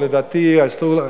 לדעתי אסור.